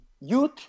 youth